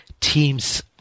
teams